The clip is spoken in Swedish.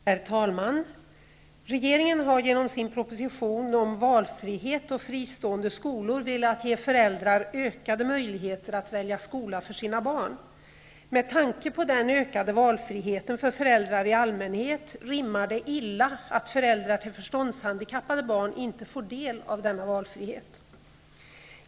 Herr talman! Regeringen har genom sin proposition om valfrihet och fristående skolor velat ge föräldrar ökade möjligheter att välja skola för sina barn. Med tanke på den ökade valfriheten för föräldrar i allmänhet rimmar det illa att föräldrar till förståndshandikappade barn inte får del av denna valfrihet.